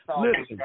listen